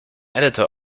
editor